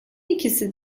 ikisi